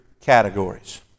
categories